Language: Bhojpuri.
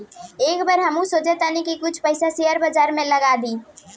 एह बेर हमहू सोचऽ तानी की कुछ पइसा शेयर बाजार में लगा दी